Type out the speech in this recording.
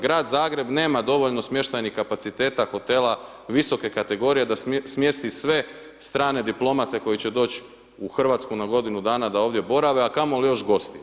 Grad Zagreb nema dovoljno smještajnih kapaciteta, Hotela visoke kategorije da smjesti sve strane diplomate koji će doć u Hrvatsku na godinu dana da ovdje borave, a kamoli još gosti.